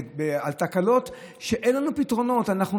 על תקלות שאין לנו פתרונות להם,